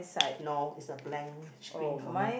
no it's a blank screen for me